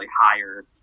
higher